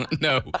no